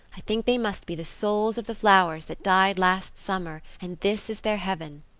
i think they must be the souls of the flowers that died last summer and this is their heaven.